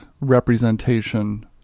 representation